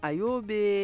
Ayobe